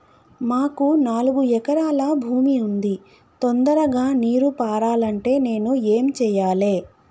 మాకు నాలుగు ఎకరాల భూమి ఉంది, తొందరగా నీరు పారాలంటే నేను ఏం చెయ్యాలే?